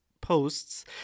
posts